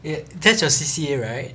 eh that's your C_C_A right